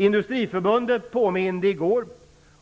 Industriförbundet påminde i går